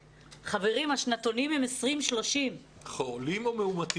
חברים, השנתונים הם 20-30. חולים או מאומתים?